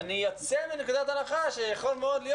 אני יוצא מנקודת הנחה שיכול מאוד להיות